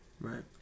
right